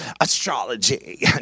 astrology